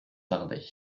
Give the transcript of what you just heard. tarder